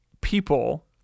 people